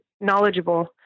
knowledgeable